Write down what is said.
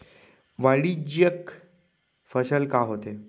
वाणिज्यिक फसल का होथे?